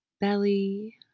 belly